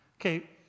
Okay